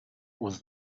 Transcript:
was